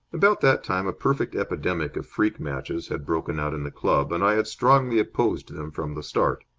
about that time a perfect epidemic of freak matches had broken out in the club, and i had strongly opposed them from the start.